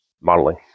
modeling